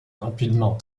rapidement